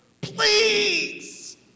Please